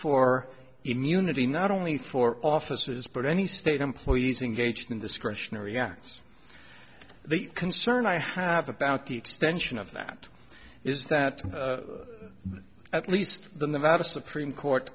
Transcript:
for immunity not only for officers but any state employees engaged in discretionary acts the concern i have about the extension of that is that at least the nevada supreme court